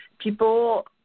people